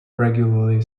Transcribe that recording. regularly